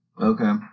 Okay